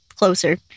closer